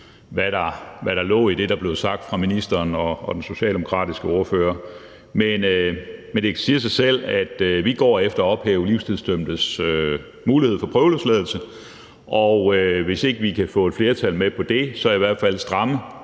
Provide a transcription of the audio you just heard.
hvad der lå i det, der blev sagt fra ministeren og den socialdemokratiske ordfører. Men det siger sig selv, at vi går efter at ophæve livstidsdømtes mulighed for prøveløsladelse, og hvis ikke vi kan få et flertal med på det, så i hvert fald at stramme